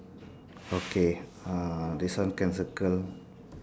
okay uh this one can circle